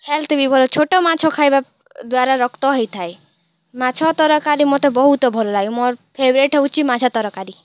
health ବି ଭଲ ଛୋଟ ମାଛ ଖାଇବା ଦ୍ୱାରା ରକ୍ତ ହୋଇଥାଏ ମାଛ ତରକାରୀ ମୋତେ ବହୁତ ଭଲ ଲାଗେ ମୋର ଫେବେରେଟ୍ ହେଉଛି ମାଛ ତରକାରୀ